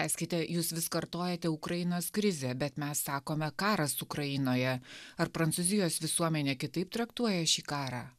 tęskite jūs vis kartojate ukrainos krizę bet mes sakome karas ukrainoje ar prancūzijos visuomenė kitaip traktuoja šį karą